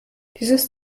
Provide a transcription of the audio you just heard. dieses